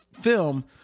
film